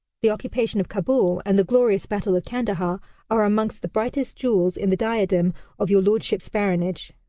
the occupation of kabul and the glorious battle of kandahar are amongst the brightest jewels in the diadem of your lordship's baronage.